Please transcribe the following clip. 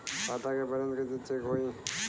खता के बैलेंस कइसे चेक होई?